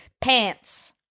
Pants